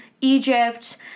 Egypt